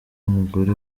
umugore